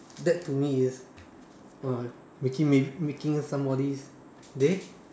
that to me is uh making me making somebody's day